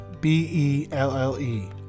b-e-l-l-e